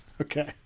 Okay